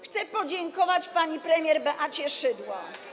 Chcę podziękować pani premier Beacie Szydło.